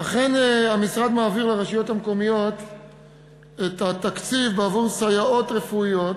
אכן המשרד מעביר לרשויות המקומיות את התקציב בעבור סייעות רפואיות,